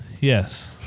Yes